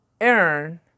earn